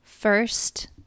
First